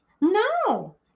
No